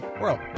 World